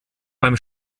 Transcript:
beim